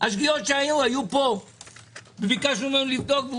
השגיאות שהיו, היו פה.